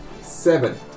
seven